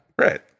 Right